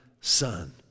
son